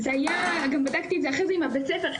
גם בדקתי את זה אחרי זה עם בית הספר.